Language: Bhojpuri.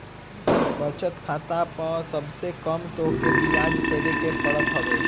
बचत खाता पअ सबसे कम तोहके बियाज देवे के पड़त हवे